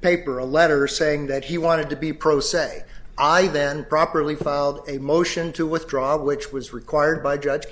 paper a letter saying that he wanted to be pro se i then properly filed a motion to withdraw which was required by judge